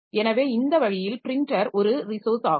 எனவே இந்த வழியில் ப்ரின்டர் ஒரு ரிசோர்ஸ் ஆகும்